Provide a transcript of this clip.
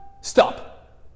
stop